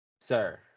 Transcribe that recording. sir